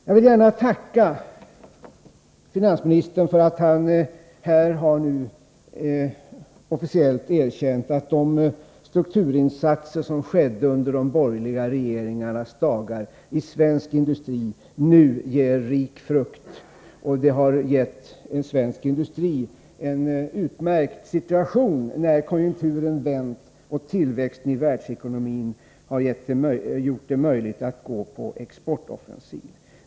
Jag vill gärna tacka finansministern för att han i dag officiellt har erkänt att de strukturinsatser i svensk industri som gjordes under de borgerliga regeringarnas dagar nu bär rik frukt. De har gett svensk industri en utmärkt situation när konjunkturen vänt och tillväxten i världsekonomin har gjort det möjligt att gå på exportoffensiv.